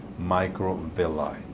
microvilli